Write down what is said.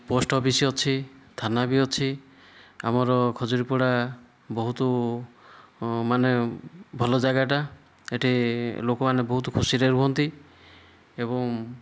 post office ଅଛି ଥାନା ବି ଅଛି ଆମର ଖଜୁରୀପଡ଼ା ବହୁତ ମାନେ ଭଲ ଯାଗାଟା ଏଠି ଲୋକ ମାନେ ବହୁତ ଖୁସିରେ ରୁହନ୍ତି ଏବଂ